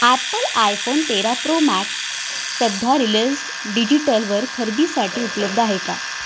Apple iPhone तेरा pro max सध्या रिलयन्स डिजिटलवर खरेदीसाठी उपलब्ध आहे का